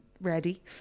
ready